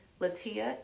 Latia